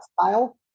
style